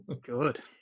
Good